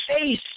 face